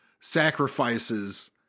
sacrifices